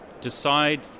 decide